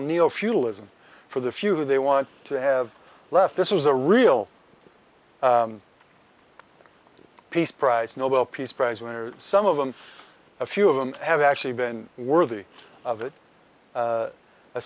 feudalism for the future they want to have left this was a real peace prize nobel peace prize winners some of them a few of them have actually been worthy of it